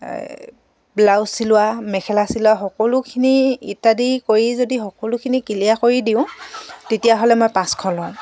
blouse চিলোৱা মেখেলা চিলোৱা সকলোখিনি ইত্যাদি কৰি যদি সকলোখিনি ক্লীয়াৰ কৰি দিওঁ তেতিয়াহ'লে মই পাঁচশ লওঁ